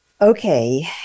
Okay